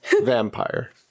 Vampire